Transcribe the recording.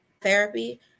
therapy